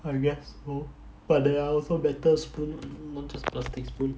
I guess so but there are also better spoon not just plastic spoon